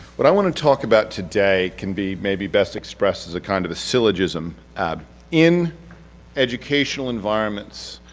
what i want to talk about today can be maybe best expressed as a kind of a syllogism in educational environments,